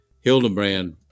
Hildebrand